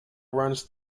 runs